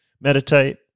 meditate